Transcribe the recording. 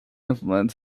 implement